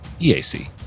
EAC